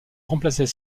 remplacer